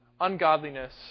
ungodliness